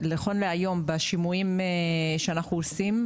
נכון להיום בשימועים שאנחנו עושים,